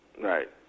Right